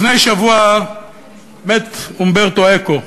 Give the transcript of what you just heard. לפני שבוע מת אומברטו אקו,